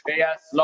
yes